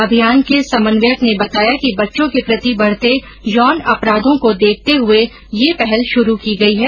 अभियान के समन्वयक ने बताया कि बच्चों के प्रति बढते यौन अपराधों को देखते हुए यह पहल शुरू की गई है